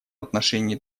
отношении